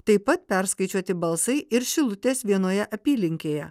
taip pat perskaičiuoti balsai ir šilutės vienoje apylinkėje